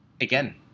again